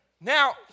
Now